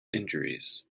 injuries